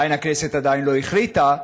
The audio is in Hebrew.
הכנסת עדיין לא החליטה,